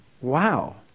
Wow